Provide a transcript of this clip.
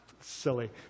silly